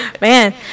Man